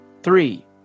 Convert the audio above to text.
Three